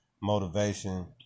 motivation